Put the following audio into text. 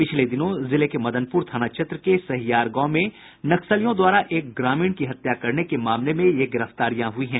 पिछले दिनों जिले के मदनपुर थाना क्षेत्र के सहयार गांव में नक्सलियों द्वारा एक ग्रामीण की हत्या करने के मामले में ये गिरफ्तारियां हुई हैं